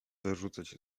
wyrzucać